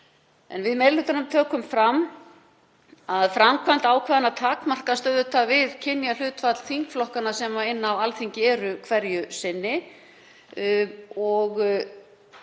En við í meiri hlutanum tökum fram að framkvæmd ákvæðanna takmarkast auðvitað við kynjahlutfall þingflokkanna sem eru á Alþingi hverju sinni